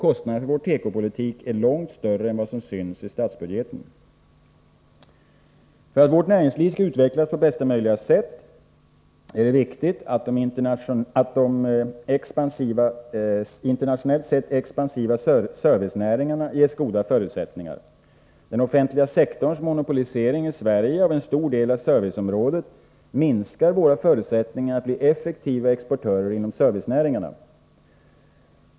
Kostnaderna för vår tekopolitik är långt större än vad som syns i statsbudgeten. För att vårt näringsliv skall utvecklas på bästa möjliga sätt är det viktigt att de internationellt sett expansiva servicenäringarna ges goda förutsättningar. Den offentliga sektorns monopolisering i Sverige av en stor del av serviceområdet minskar våra förutsättningar att bli effektiva exportörer inom servicenäringarna.